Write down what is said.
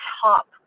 top